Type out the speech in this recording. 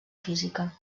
física